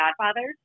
godfather